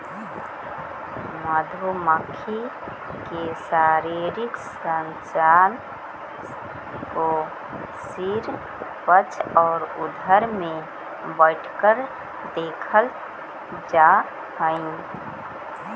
मधुमक्खी के शारीरिक संरचना को सिर वक्ष और उदर में बैठकर देखल जा हई